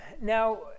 Now